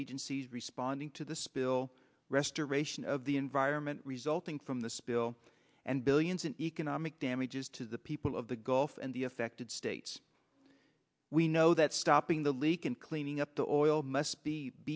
agencies responding to the spill restoration of the environment resulting from the spill and billions an equal mic damages to the people of the gulf and the affected states we know that stopping the leak and cleaning up the oil must be b